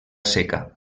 seca